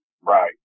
Right